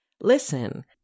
Listen